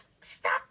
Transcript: Stop